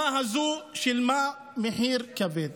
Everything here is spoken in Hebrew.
שילמה מחיר כבד